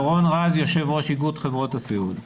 יושב ראש איגוד חברות הסיעוד.